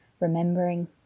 remembering